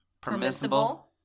Permissible